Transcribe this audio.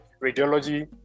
radiology